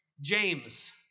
James